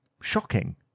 shocking